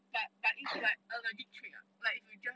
but but it's like a legit trick lah like if you just